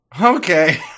Okay